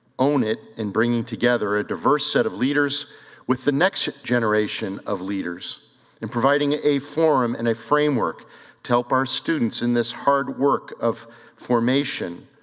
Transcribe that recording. own it, in bringing together a diverse set of leaders with the next generation of leaders in providing a forum and a framework to help our students in this hard work of formation,